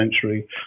century